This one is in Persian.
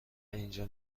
اینجا